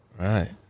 right